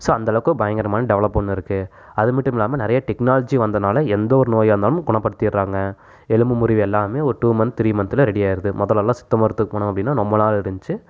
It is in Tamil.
ஸோ அந்த அளவுக்கு பயங்கரமான டெவலப் ஒன்று இருக்கு அது மட்டுமில்லாமல் நிறைய டெக்னாலஜியும் வந்தனால எந்த ஒரு நோயாக இருந்தாலும் குணப்படுத்திடுறாங்க எலும்பு முறிவு எல்லாமே ஒரு டூ மந்த் த்ரீ மந்த்தில் ரெடி ஆயிருது முதல்லலாம் சித்த மருத்துவத்துக்கு போனோம் அப்படின்னா ரொம்ப நாள் இருந்துச்சு